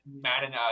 Madden